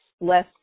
less